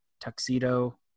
tuxedo